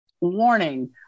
warning